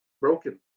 broken